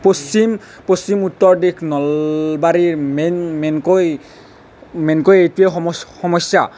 পশ্চিম পশ্চিম উত্তৰ দেশ নলবাৰীৰ মেইন মেইনকৈ মেইনকৈ এইটোৱে সমস্যা